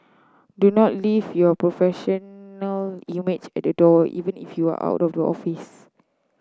do not leave your professional image at the door even if you are out of the office